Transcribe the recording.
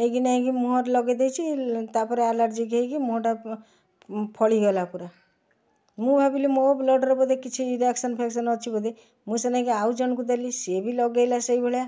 ନେଇକି ନେଇକି ମୁହଁରେ ଲଗେଇ ଦେଇଛି ତାପରେ ଆଲାର୍ଜିକ୍ ହେଇକି ମୁହଁଟା ଫଳି ଗଲା ପୂରା ମୁଁ ଭାବିଲି ମୋ ବ୍ଲଡ଼ରେ ବୋଧେ କିଛି ରିଆକ୍ସନ୍ ଫିଆକ୍ସନ୍ ଅଛି ବୋଧେ ମୁଁ ସେଇନାକି ଆଉ ଜଣଙ୍କୁ ଦେଲି ସେ ବି ଲଗେଇଲା ସେହି ଭଳିଆ